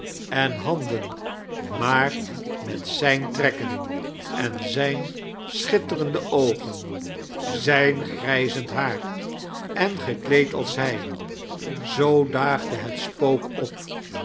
en handen maor met z ij n trekken en z ij n schititerende oogen zijn girijzend haar en gekleed alsi hij zoo daagde het spook op